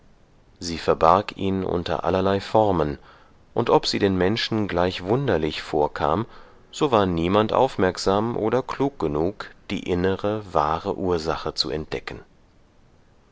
sie verbarg ihn unter allerlei formen und ob sie den menschen gleich wunderlich vorkam so war niemand aufmerksam oder klug genug die innere wahre ursache zu entdecken